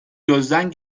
gözden